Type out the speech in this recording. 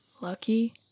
lucky